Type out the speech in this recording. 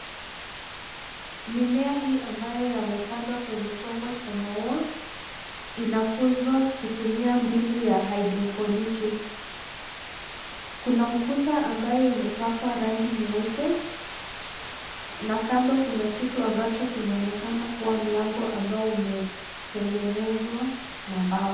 Mimea hii ambayo yamepandwa kwenye chombo cha maua inakuzwa kutumia mbinu ya haidroponiki. Kuna ukuta ambayo imepakwa rangi nyeupe na kando kuna kitu ambacho kinaonekana kuwa mlango ambao umetengenezwa na mbao.